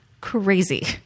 crazy